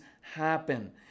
happen